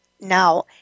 now